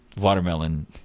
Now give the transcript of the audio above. watermelon